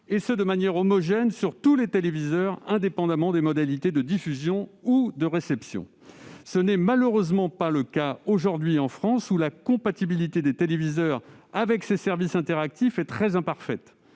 et ce de manière homogène sur tous les téléviseurs, indépendamment des modalités de diffusion ou de réception. Ce n'est malheureusement pas le cas aujourd'hui en France, où la compatibilité des téléviseurs avec ces services interactifs est très imparfaite.